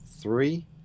three